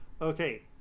Okay